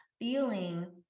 feeling